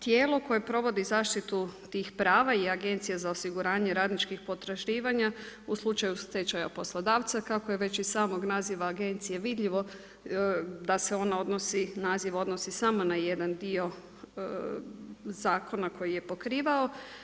Tijelo koje provodi zaštitu tih prava i Agencija za osiguranje radničkih potraživanja u slučaju stečaja poslodavca kako je već iz samog naziva agencije vidljivo da se ono odnosi, da se naziv odnosi samo na jedan dio zakona koji je pokrivao.